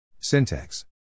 syntax